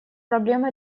проблем